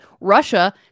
Russia